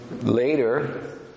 Later